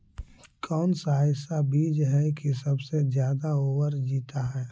कौन सा ऐसा बीज है की सबसे ज्यादा ओवर जीता है?